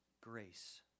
grace